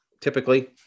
typically